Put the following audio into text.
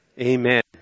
Amen